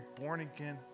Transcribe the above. born-again